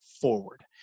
forward